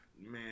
man